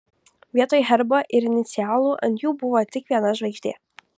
vietoj herbo ir inicialų ant jų buvo tik viena žvaigždė